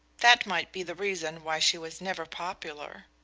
that might be the reason why she was never popular.